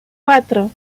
cuatro